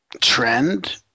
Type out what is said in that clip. trend